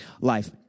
life